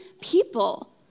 people